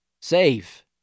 save